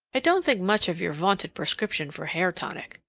i don't think much of your vaunted prescription for hair tonic.